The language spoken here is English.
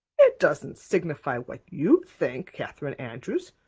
it doesn't signify what you think, catherine andrews.